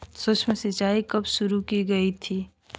सूक्ष्म सिंचाई कब शुरू की गई थी?